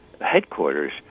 headquarters